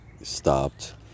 stopped